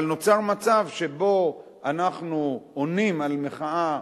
אבל נוצר מצב שבו אנחנו עונים על מחאה,